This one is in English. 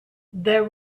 there